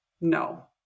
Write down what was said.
no